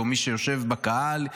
או מי שיושב בקהל,